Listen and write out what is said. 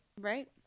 Right